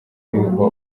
uriho